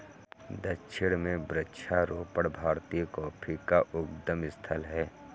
दक्षिण में वृक्षारोपण भारतीय कॉफी का उद्गम स्थल है